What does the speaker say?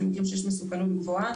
במקרים שיש מסוכנות גבוהה.